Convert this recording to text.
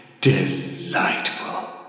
Delightful